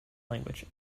language